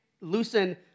loosen